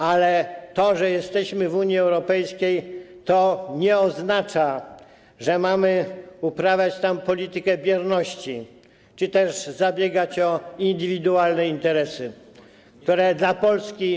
Ale to, że jesteśmy w Unii Europejskiej, nie oznacza, że mamy uprawiać tam politykę bierności czy też zabiegać o indywidualne interesy, które dla Polski.